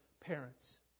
parents